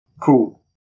cool